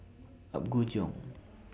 Apgujeong